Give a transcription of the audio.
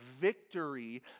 victory